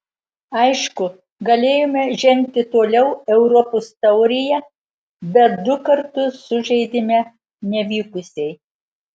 aišku galėjome žengti toliau europos taurėje bet du kartus sužaidėme nevykusiai